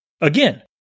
Again